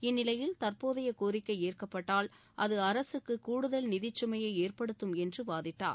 இந்நிலையில் தற்போதைய கோரிக்கை ஏற்கப்பட்டால் அது அரசுக்கு கூடுதல் நிதிச்சுமையை ஏற்படுத்தும் என்று வாதிட்டார்